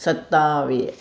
सतावीह